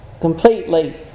completely